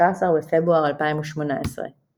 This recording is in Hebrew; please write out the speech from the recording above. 13 בפברואר 2018 ==